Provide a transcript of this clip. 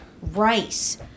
rice